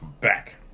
back